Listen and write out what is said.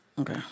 Okay